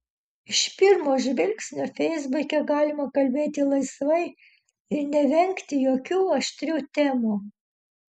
iš pirmo žvilgsnio feisbuke galima kalbėti laisvai ir nevengti jokių aštrių temų